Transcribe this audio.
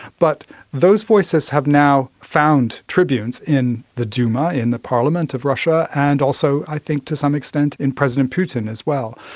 but those voices have now found tribunes in the duma, in the parliament of russia, russia, and also i think to some extent in president putin as well.